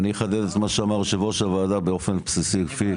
אני אחדד את מה שאמר יושב-ראש הוועדה באופן בסיסי לפי